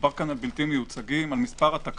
מדובר פה על בלתי-מיוצגים, על מספר התקנות.